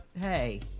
Hey